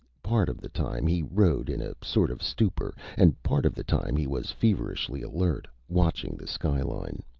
part of the time he rode in a sort of stupor, and part of the time he was feverishly alert, watching the skyline.